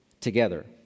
together